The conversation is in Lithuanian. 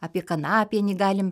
apie kanapienį galim